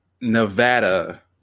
Nevada